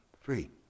free